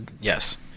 yes